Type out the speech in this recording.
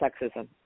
sexism